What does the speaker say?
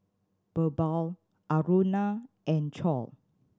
Birbal Aruna and Choor